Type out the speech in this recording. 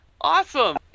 Awesome